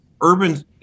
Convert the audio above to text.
urban